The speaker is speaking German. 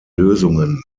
lösungen